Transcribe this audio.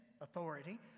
authority